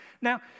Now